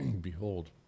Behold